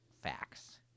facts